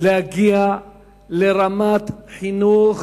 להגיע לרמת חינוך